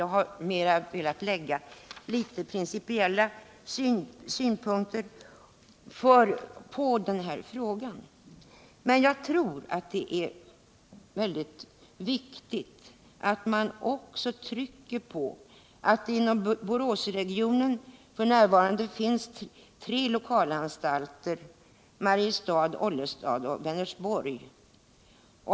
Jag har mera velat lägga principiella synpunkter på den frågan, men jag tror att det är mycket viktigt att man också trycker på att det inom Boråsregionen f.n. finns tre lokalanstalter: Mariestad, Ollestad och Vänersborg.